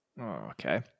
Okay